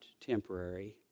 temporary